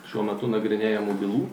šiuo metu nagrinėjamų bylų